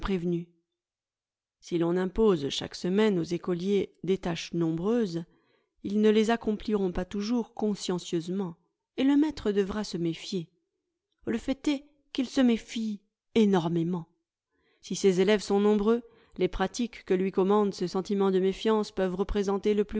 si l'on impose chaque semaine aux écoliers des tâches nombreuses ils ne les accompliront pas toujours consciencieusement et le maître devra se méfier le fait est qu'il se méfie énormément si ses élèves sont nombreux les pratiques que lui commande ce sentiment de méfiance peuvent représenter le